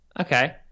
Okay